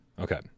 Okay